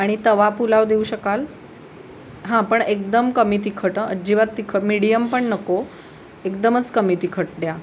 आणि तवा पुलाव देऊ शकाल हां पण एकदम कमी तिखट हं अजिबात तिखट मीडियम पण नको एकदमच कमी तिखट द्या